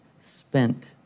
spent